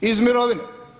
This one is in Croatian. Iz mirovine.